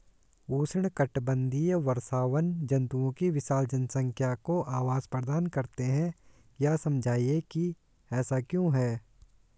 उष्णकटिबंधीय वर्षावन जंतुओं की विशाल जनसंख्या को आवास प्रदान करते हैं यह समझाइए कि ऐसा क्यों है?